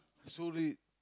sorry